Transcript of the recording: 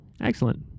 Excellent